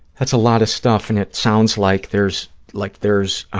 that's a lot of stuff, and it sounds like there's, like there's,